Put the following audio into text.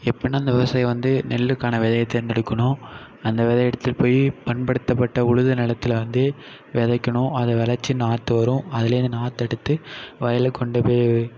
எப்புடின்னா அந்த விவசாயி வந்து நெல்லுக்கான விதைய தேர்ந்தெடுக்கணும் அந்த விதைய எடுத்துட்டு போய் பண்படுத்தப்பட்ட உழுது நெலத்தில் வந்து விதைக்கணும் அதை விதச்சி நாற்று வரும் அதுலேருந்து நாற்றெடுத்து வயலுக்குக் கொண்டு போய்